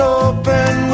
open